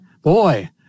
Boy